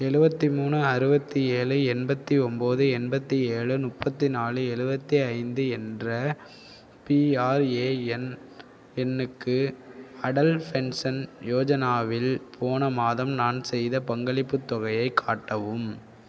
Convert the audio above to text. எழுவத்தி மூணு அறுபத்தி ஏழு எண்பத்தி ஒம்போது எண்பத்தி ஏழு முப்பத்தி நாலு எழுவத்தி ஐந்து என்ற பிஆர்ஏஎன் எண்ணுக்கு அடல் பென்சன் யோஜனாவில் போன மாதம் நான் செய்த பங்களிப்புத் தொகையைக் காட்டவும்